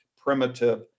primitive